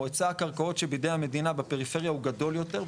או היצע הקרקעות שבידי המדינה בפריפריה הוא גדול יותר,